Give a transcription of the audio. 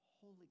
holy